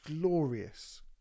glorious